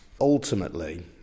ultimately